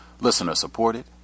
Listener-supported